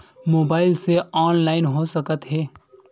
Mobile से online हो सकत हे?